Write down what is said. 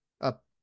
up